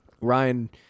Ryan